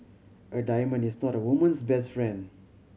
a diamond is not a woman's best friend